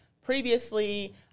previously